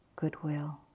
Goodwill